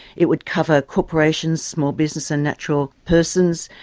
it would cover corporations, small business and natural persons,